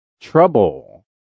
Trouble